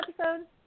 episode